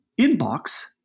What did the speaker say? inbox